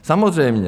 Samozřejmě.